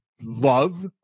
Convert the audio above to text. love